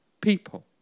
people